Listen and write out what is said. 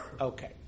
Okay